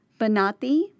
Banati